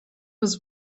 was